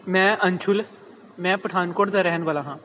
ਮੈਂ ਅੰਸ਼ੁਲ ਮੈਂ ਪਠਾਨਕੋਟ ਦਾ ਰਹਿਣ ਵਾਲਾ ਹਾਂ